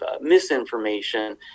misinformation